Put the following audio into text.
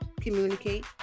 communicate